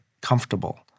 comfortable